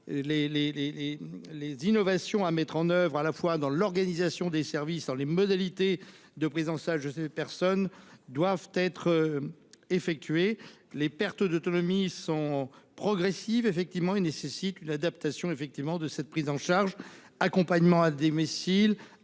les innovations à mettre en oeuvre, à la fois dans l'organisation des services et dans les modalités de prise en charge des personnes dépendantes, doivent être engagés. Les pertes d'autonomie sont progressives et nécessitent une adaptation de leur prise en charge : accompagnement à domicile,